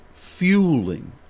fueling